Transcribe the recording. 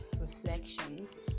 reflections